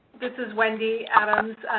this is wendy adams.